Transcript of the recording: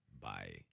bye